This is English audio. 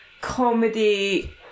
comedy